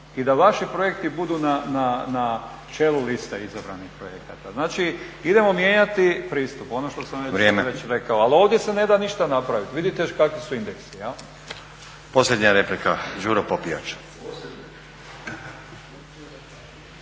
i da vaši projekti budu na čelu liste izabranih projekata. Znači idemo mijenjati pristup, ono što sam već rekao, ali ovdje se ne da ništa praviti, vidite kakvi su indeksi. **Stazić, Nenad (SDP)** Posljednja replika, Đuro Popijač.